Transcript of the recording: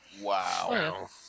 wow